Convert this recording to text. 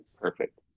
Perfect